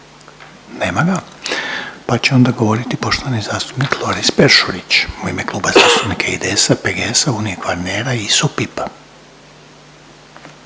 Nema ga, pa će onda govoriti poštovani zastupnik Loris Peršurić u ime Kluba zastupnika IDS-a, PGS-a Unije Kvarnera i ISU-PIP-a.